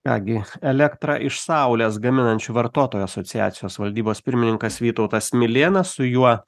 ką gi elektrą iš saulės gaminančių vartotojų asociacijos valdybos pirmininkas vytautas milėnas su juo